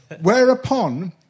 Whereupon